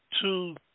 Two